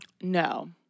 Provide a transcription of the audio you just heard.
No